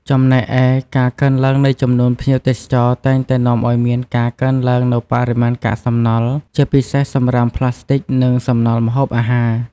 ចំណែកឯ ការកើនឡើងនៃចំនួនភ្ញៀវទេសចរតែងតែនាំឱ្យមានការកើនឡើងនូវបរិមាណកាកសំណល់ ជាពិសេសសំរាមប្លាស្ទិក និងសំណល់ម្ហូបអាហារ។